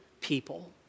people